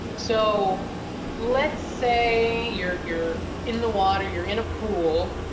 so let's say you're you're in the water, you're in a pool,